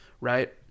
right